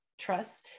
trust